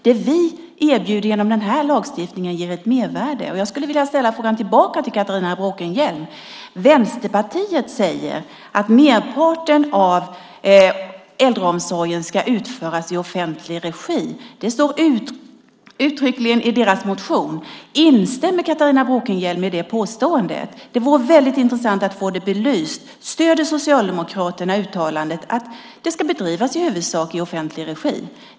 Det vi erbjuder genom den här lagstiftningen ger ett mervärde. Jag skulle vilja ställa frågan tillbaka till Catharina Bråkenhielm: Vänsterpartiet säger att merparten av äldreomsorgen ska utföras i offentlig regi - det står uttryckligen i deras motion - instämmer Catharina Bråkenhielm i det påståendet? Det vore väldigt intressant att få det belyst. Stöder Socialdemokraterna uttalandet att verksamheten i huvudsak ska bedrivas i offentlig regi?